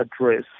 address